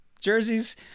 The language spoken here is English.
jerseys